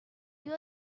you